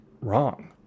wrong